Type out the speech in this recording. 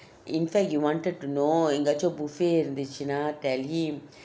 in fact he wanted to know எங்கையாவது:engaiyavathu buffet இருந்ததுன்னா:irunthuthuna tell him